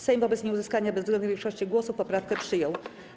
Sejm wobec nieuzyskania bezwzględnej większości głosów poprawkę przyjął.